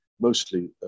mostly